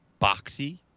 boxy